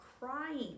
crying